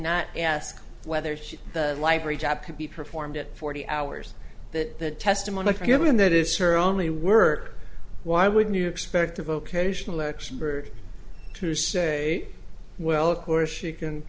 not ask whether she library job could be performed at forty hours that the testimony given that is her only work why would you expect a vocational expert to say well of course she can